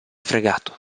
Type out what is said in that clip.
fregato